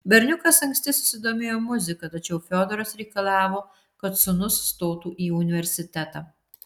berniukas anksti susidomėjo muzika tačiau fiodoras reikalavo kad sūnus stotų į universitetą